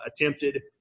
attempted